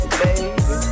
baby